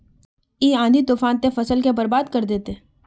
इ आँधी तूफान ते फसल के बर्बाद कर देते?